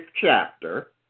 chapter